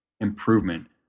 improvement